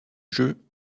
jeu